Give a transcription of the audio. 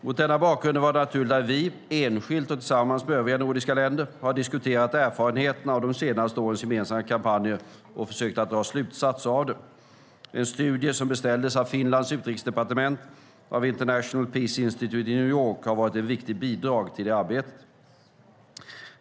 Mot denna bakgrund är det naturligt att vi, enskilt och tillsammans med övriga nordiska länder, har diskuterat erfarenheterna av de senaste årens gemensamma kampanjer och försökt att dra slutsatser av dem. En studie som Finlands utrikesdepartement beställde av International Peace Institute i New York har varit ett viktigt bidrag till det arbetet.